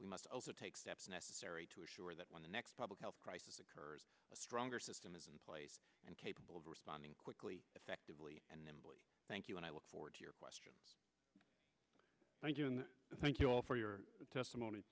we must also take steps necessary to assure that when the next public health crisis occurs a stronger system is in place and capable of responding quickly effectively and then thank you and i look forward to your question thank you and thank you all for your testimony